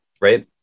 right